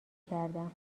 کردم